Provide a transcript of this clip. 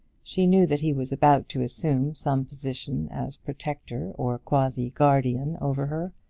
she knew that he was about to assume some position as protector or quasi guardian over her,